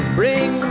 bring